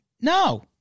no